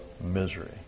misery